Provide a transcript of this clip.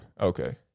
Okay